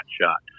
shot